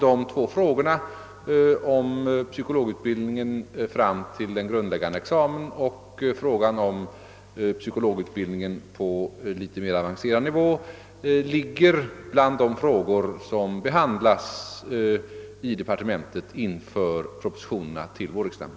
De två frågorna om psykologutbildningen fram till den grundläggande examen och om psykologutbildningen på litet mer avancerad nivå finns med bland de frågor som behandlas i departementet inför propositionerna till vårriksdagen.